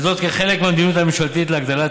וזאת כחלק מהמדיניות הממשלתית להגדלת